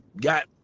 got